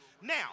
Now